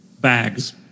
Bags